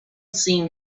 seemed